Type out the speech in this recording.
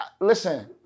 listen